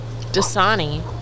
Dasani